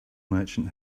merchant